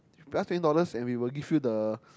plus twenty dollars and we will give you the